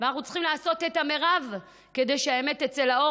ואנחנו צריכים לעשות את המרב כדי שהאמת תצא לאור.